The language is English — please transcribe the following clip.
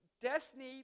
destiny